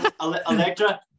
Electra